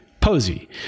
Posey